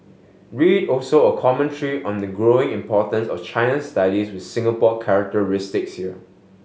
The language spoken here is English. read also a commentary on the growing importance of China studies with Singapore characteristics here